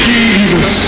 Jesus